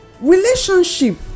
Relationship